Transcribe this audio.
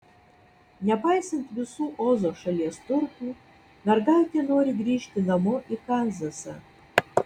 nepaisant visų ozo šalies turtų mergaitė nori grįžti namo į kanzasą